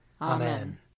Amen